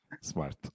Smart